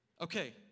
Okay